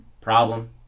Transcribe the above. problem